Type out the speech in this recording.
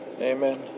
Amen